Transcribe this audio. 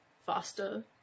faster